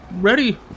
ready